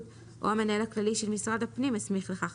או המנהל הכללי של משרד הפנים הסמיך לכך.".